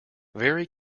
very